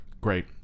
great